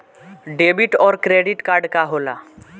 Debit और credit card का होला?